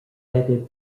added